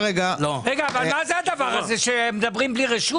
רגע, מה זה הדבר הזה, שמדברים בלי רשות?